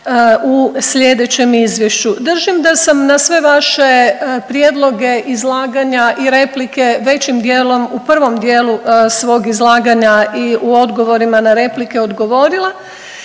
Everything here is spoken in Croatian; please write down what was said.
u sljedećem izvješću. Držim da sam na sve vaše prijedloge izlaganja i replike većim dijelom u prvom dijelu svog izlaganja i u odgovorima na replike odgovorila.